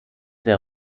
der